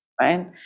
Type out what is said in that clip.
right